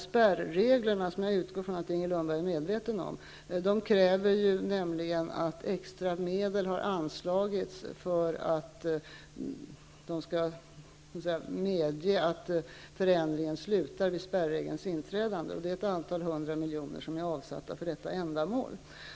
Spärreglerna, som jag utgår från att Inger Lundberg är medveten om finns, kräver nämligen att extra medel har anslagits för att de skall medge att förändringen slutar vid spärregelns inträdande. Det är ett antal hundra miljoner som är avsatta för detta ändamål.